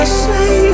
say